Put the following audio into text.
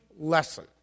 lesson